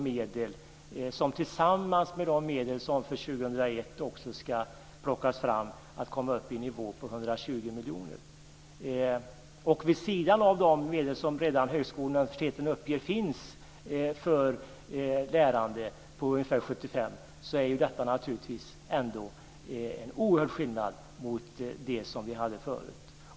Det gör att vi, tillsammans med de medel som ska plockas fram för 2001, ska komma upp i nivån på 120 miljoner. Med de medel på ungefär 75 miljoner som högskolorna och universiteten redan uppger finns för lärande är det naturligtvis en oerhörd skillnad mot de medel som fanns tidigare.